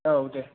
औ दे